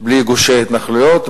בלי גושי התנחלויות,